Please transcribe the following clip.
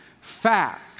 facts